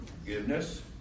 Forgiveness